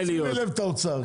שימי לב לנציג האוצר,